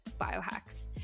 biohacks